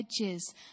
edges